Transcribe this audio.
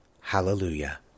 Hallelujah